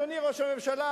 אדוני ראש הממשלה,